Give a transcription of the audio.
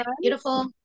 beautiful